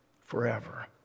forever